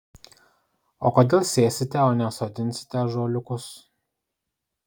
o kodėl sėsite o ne sodinsite ąžuoliukus